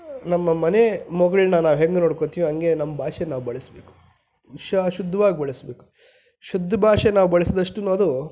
ನಮ್ಮ ಮನೆ ಮಗಳನ್ನ ನಾವು ಹೆಂಗೆ ನೋಡ್ಕೋತೀವಿ ಹಾಗೆ ನಮ್ಮ ಭಾಷೆ ನಾವು ಬಳಸಬೇಕು ವಿಷಯ ಶುದ್ಧವಾಗಿ ಬಳಸಬೇಕು ಶುದ್ಧ ಭಾಷೆ ನಾವು ಬಳಸಿದಷ್ಟುನೂ ಅದು